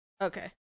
Okay